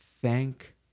thank